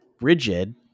Rigid